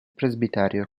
presbiterio